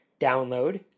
download